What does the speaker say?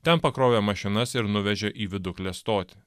ten pakrovė mašinas ir nuvežė į viduklės stotį